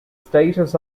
status